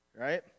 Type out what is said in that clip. right